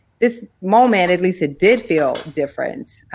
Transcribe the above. this moment at least, it did feel different.